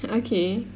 ah okay